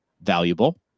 valuable